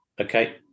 okay